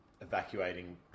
evacuating